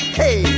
hey